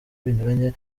binyuranye